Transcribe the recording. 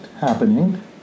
happening